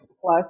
plus